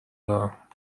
دارم